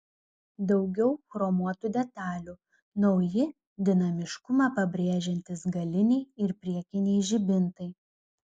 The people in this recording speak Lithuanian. daugiau chromuotų detalių nauji dinamiškumą pabrėžiantys galiniai ir priekiniai žibintai